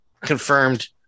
Confirmed